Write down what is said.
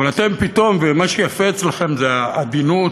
אבל אתם פתאום, ומה שיפה אצלכם זה העדינות